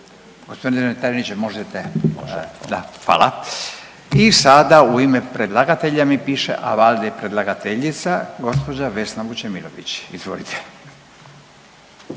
G. tajniče, možete, možete, da. Hvala. I sada u ime predlagatelja mi piše, a valjda i predlagateljica, gđa Vesna Vučemilović. Izvolite.